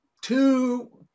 two